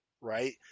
right